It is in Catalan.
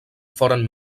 foren